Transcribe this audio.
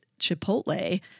Chipotle